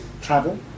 travel